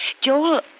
Joel